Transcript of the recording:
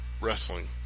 wrestling